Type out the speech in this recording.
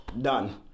Done